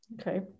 Okay